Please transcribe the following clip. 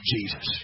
Jesus